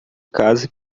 casa